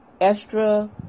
Extra